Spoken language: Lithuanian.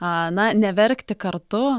a na neverkti kartu